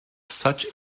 such